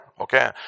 Okay